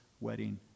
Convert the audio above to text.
wedding